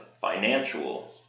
financial